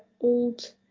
old